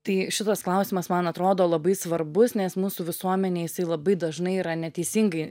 tai šitas klausimas man atrodo labai svarbus nes mūsų visuomenėj labai dažnai yra neteisingai